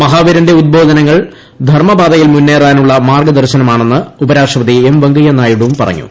മഹാവീരന്റെ ഉദ്ബോധനങ്ങൾ ധർമ്മപാതയിൽ മുന്നേറാനുളള മാർഗദർശനമാണെന്ന് ഉപരാഷ്ട്രപതി എം വെങ്കയ്യ നായിഡുവും പറഞ്ഞു